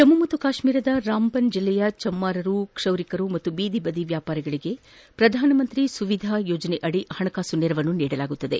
ಜಮ್ನು ಮತ್ತು ಕಾಶ್ವೀರದ ರಾಮ್ಬನ್ ಜಿಲ್ಲೆಯ ಚಮ್ನಾರು ಕ್ಷೌರಿಕರು ಮತ್ತು ಬೀದಿ ಬದಿ ವ್ಯಾಪಾರಿಗಳಿಗೆ ಪ್ರಧಾನಮಂತ್ರಿ ಸುವಿಧಾ ಯೋಜನೆಯಡಿ ಹಣಕಾಸು ನೆರವು ನೀಡಲಾಗುವುದು